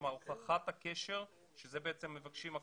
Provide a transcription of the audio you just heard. כלומר הוכחת הקשר, שזה בעצם מבקשים הקונסולים.